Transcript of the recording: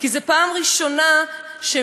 כי זו פעם ראשונה שמקווה,